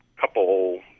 couple